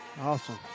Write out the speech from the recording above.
Awesome